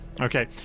Okay